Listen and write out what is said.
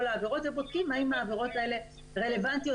העבירות ובודקים האם העבירות האלה רלוונטיות,